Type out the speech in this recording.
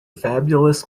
fabulous